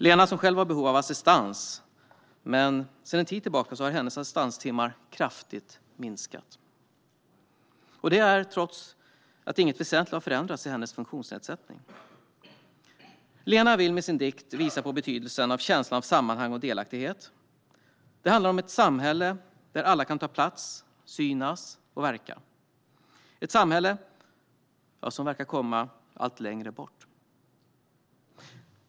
Lena har själv behov av assistans, men sedan en tid tillbaka har hennes assistanstimmar kraftigt minskat - detta trots att inget väsentligt har förändrats i hennes funktionsnedsättning. Lena vill med sin dikt visa på betydelsen av känslan av sammanhang och delaktighet. Det handlar om ett samhälle där alla kan ta plats, synas och verka. Det är ett samhälle som verkar komma allt längre bort.